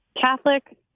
Catholic